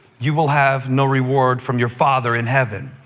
you will have no reward from your father in heaven.